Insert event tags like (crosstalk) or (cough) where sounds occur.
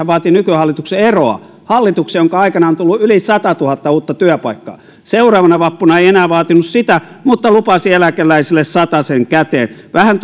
(unintelligible) vaati nykyhallituksen eroa hallituksen jonka aikana on tullut yli satatuhatta uutta työpaikkaa seuraavana vappuna ei enää vaatinut sitä mutta lupasi eläkeläisille satasen käteen vähän (unintelligible)